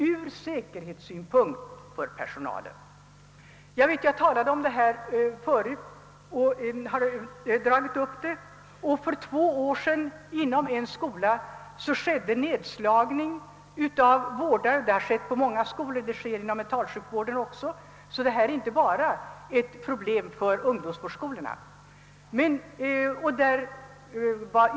Jag har tidigare tagit upp denna fråga. Ett exempel. För två år sedan förekom en nedslagning av en vårdare på en skola, något som har skett på många skolor och även sker inom mentalsjukvården. Detta är alltså ett problem inte bara för ungdomsvårdsskolorna.